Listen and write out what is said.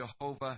Jehovah